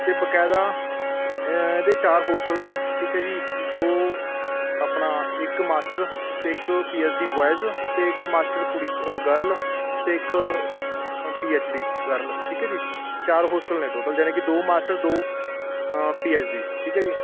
ਅਤੇ ਬਕਾਇਦਾ ਇਹਦੇ ਚਾਰ ਹੋਸਟਲ ਨੇ ਠੀਕ ਹੈ ਜੀ ਦੋ ਆਪਣਾ ਇਕ ਮਾਸਟਰ ਅਤੇ ਇੱਕ ਪੀ ਐੱਚ ਡੀ ਬੋਇਜ਼ ਅਤੇ ਇੱਕ ਮਾਸਟਰ ਕੁੜੀ ਅ ਗਰਲ ਅਤੇ ਇੱਕ ਪੀ ਐੱਚ ਡੀ ਗਰਲ ਠੀਕ ਹੈ ਜੀ ਚਾਰ ਹੋਸਟਲ ਨੇ ਟੋਟਲ ਯਾਣੀ ਕਿ ਦੋ ਮਾਸਟਰ ਦੋ ਪੀ ਐੱਚ ਡੀ ਠੀਕ ਹੈ ਜੀ